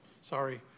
sorry